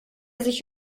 sich